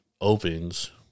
opens